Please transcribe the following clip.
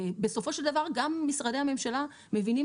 ובסופו של דבר גם משרדי הממשלה מבינים